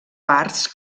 parts